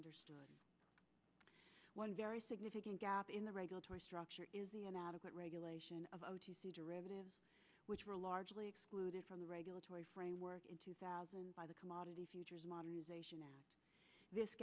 understood one very significant gap in the regulatory structure is the inadequate regulation of derivatives which were largely excluded from the regulatory framework in two thousand by the commodity futures modernization act this